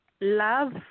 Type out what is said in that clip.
love